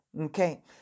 okay